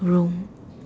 room